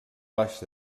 baix